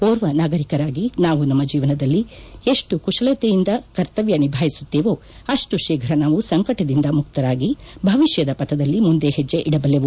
ಓರ್ವ ನಾಗರಿಕರಾಗಿ ನಾವು ನಮ್ಮ ಜೀವನದಲ್ಲಿ ಎಷ್ಟು ಕುಶಲತೆಯಿಂದ ನಮ್ಮ ಕರ್ತವ್ಲ ನಿಭಾಯಿಸುತ್ತೇವೋ ಅಷ್ಟು ಶೀಪ್ರ ನಾವು ಸಂಕಟದಿಂದ ಮುಕ್ತರಾಗಿ ಭವಿಷ್ಣದ ಪಥದಲ್ಲಿ ಮುಂದೆ ಹೆಜ್ಲೆ ಇಡಬಲ್ಲೆವು